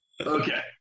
Okay